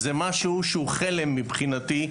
זה משהו שהוא חלם מבחינתי,